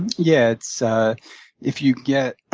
yeah, so if you get